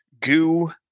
goo